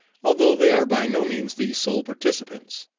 although they are by no means the sole participants.